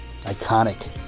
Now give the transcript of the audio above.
Iconic